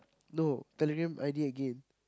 no Telegram i_d again